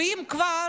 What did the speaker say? ואם כבר